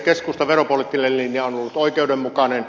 keskustan veropoliittinen linja on ollut oikeudenmukainen